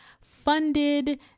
funded